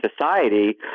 society